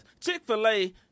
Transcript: Chick-fil-A